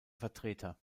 vertreter